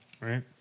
right